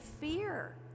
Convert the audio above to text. fear